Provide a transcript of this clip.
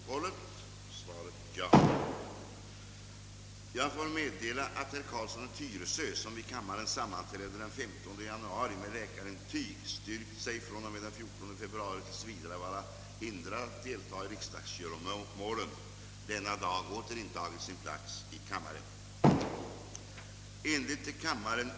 Herr talman!